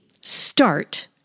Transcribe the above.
start